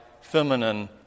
feminine